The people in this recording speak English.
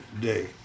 day